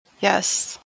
Yes